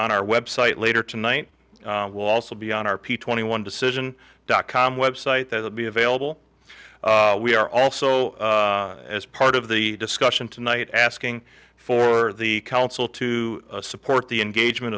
on our website later tonight walsall be on our p twenty one decision dot com website that will be available we are also as part of the discussion tonight asking for the council to support the engagement